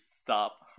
stop